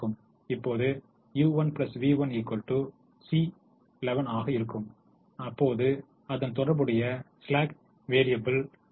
இப்போது u1 v1 C11 ஆக இருக்கும் போது அதன் தொடர்புடைய ஸ்லாக் வேறியபில் 0 ஆகும்